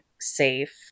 safe